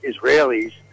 Israelis